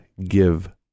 give